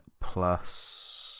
plus